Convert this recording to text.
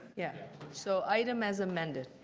yeah so item as amended.